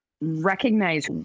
recognize